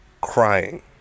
crying